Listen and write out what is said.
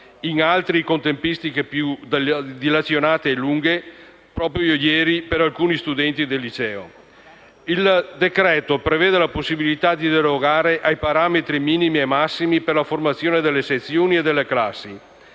in altri con tempistiche dilazionate e più lunghe (proprio ieri per alcuni studenti del liceo). Il decreto-legge prevede la possibilità di derogare ai parametri minimi e massimi per la formazione delle sezioni e delle classi;